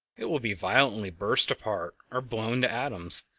it will be violently burst apart, or blown to atoms,